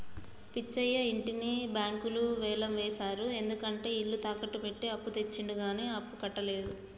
పిచ్చయ్య ఇంటిని బ్యాంకులు వేలం వేశారు ఎందుకంటే ఇల్లు తాకట్టు పెట్టి అప్పు తెచ్చిండు కానీ అప్పుడు కట్టలేదు